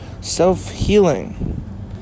Self-healing